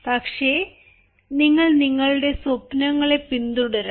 പക്ഷേ നിങ്ങൾ നിങ്ങളുടെ സ്വപ്നങ്ങളെ പിന്തുടരണം